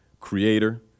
creator